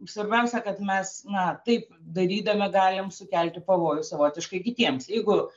svarbiausia kad mes na taip darydami galim sukelti pavojų savotiškai kitiems jeigu